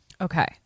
Okay